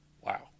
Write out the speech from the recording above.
wow